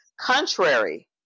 contrary